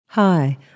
Hi